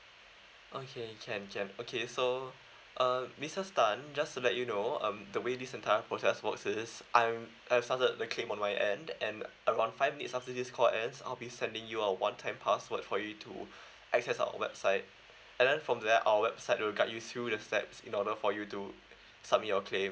okay can can okay so uh missus tan just to let you know um the way this entire process works is I'm I've started the claim on my end and around five days after this call ends I'll be sending you a one time password for you to access our website and then from there the website will guide you through the steps in order for you to submit your claim